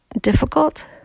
difficult